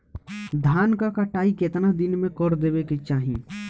धान क कटाई केतना दिन में कर देवें कि चाही?